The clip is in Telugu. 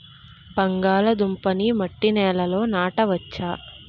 బంగాళదుంప నీ మట్టి నేలల్లో నాట వచ్చా?